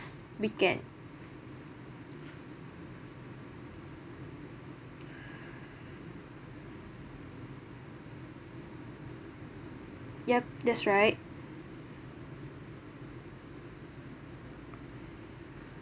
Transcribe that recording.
weekend yup that's right